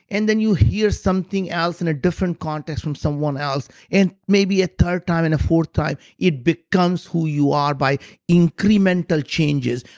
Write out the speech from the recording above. and then you hear something else in a different context from someone else and maybe a third time and a fourth time. it becomes who you are by incremental changes.